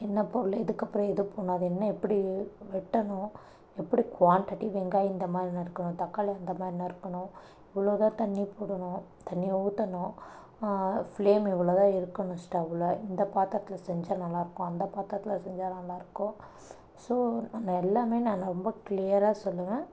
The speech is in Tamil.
என்ன பொருள் இதுக்கப்புறோம் எது போடணும் அது என்ன எப்படி வெட்டணும் எப்படி குவாண்டிட்டி வெங்காயம் இந்த மாதிரி நறுக்கணும் தக்காளி இந்த மாதிரி நறுக்கணும் இவ்வளோ தான் தண்ணி போடணும் தண்ணியை ஊற்றணும் ஃப்ளேம் இவ்வளோ தான் இருக்கணும் ஸ்டவ்வில் இந்த பாத்திரத்தில் செஞ்சா நல்லாயிருக்கும் அந்த பாத்திரத்தில் செஞ்சால் நல்லாயிருக்கும் ஸோ எல்லாமே நான் நொம்ப கிளியராக சொல்லுவேன்